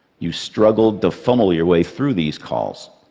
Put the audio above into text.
you struggled to funnel your way through these calls.